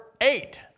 eight